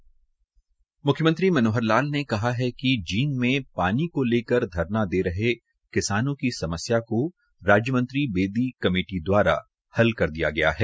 म्ख्यमंत्री मनोहर लाल ने कहा है कि जींद में पानी को लेकर धरना दे रहे किसानों की समस्या को राज्यमंत्री बेदी कमेटी द्वारा हल कर दिया गया है